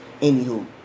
anywho